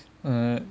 err